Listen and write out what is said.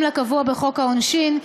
בהתאם לקבוע בחוק העונשין,